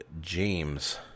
James